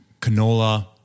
canola